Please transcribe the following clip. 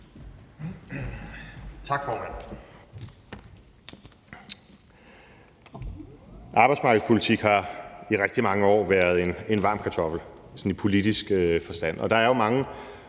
Tak, formand. Arbejdsmarkedspolitik har i rigtig mange år været en varm kartoffel sådan i politisk forstand.